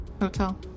hotel